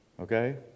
Okay